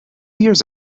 years